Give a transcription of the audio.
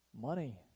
money